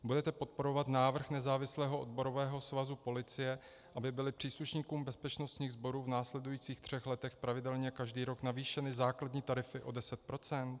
Budete podporovat návrh Nezávislého odborového svazu policie, aby byly příslušníkům bezpečnostních sborů v následujících třech letech pravidelně každý rok navýšeny základní tarify o 10 %?